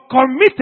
committed